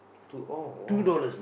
to all